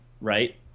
right